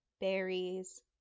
berries